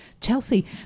Chelsea